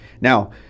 now